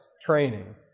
training